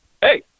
Hey